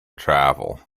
travel